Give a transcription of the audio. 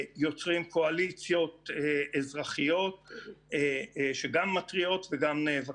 יוצרים קואליציות אזרחיות שגם מתריעות וגם נאבקות.